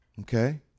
Okay